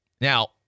Now